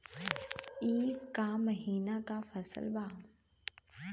ई क महिना क फसल बा?